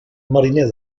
mariner